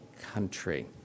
country